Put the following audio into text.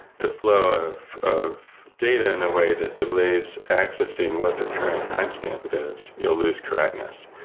the flow of of data in a way that delays accessing what the current timestamp is, you'll lose correctness.